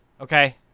Okay